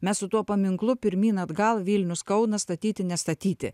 mes su tuo paminklu pirmyn atgal vilnius kaunas statyti nestatyti